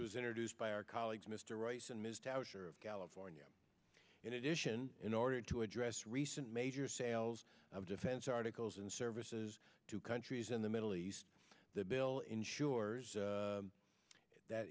was introduced by our colleagues mr rice and ms tauscher of california in addition in order to address recent major sales of defense articles and services to countries in the middle east the bill ensures that